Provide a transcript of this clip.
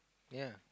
ya